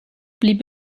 blieb